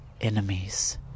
enemies